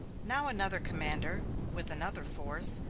now another commander, with another force,